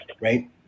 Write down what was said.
right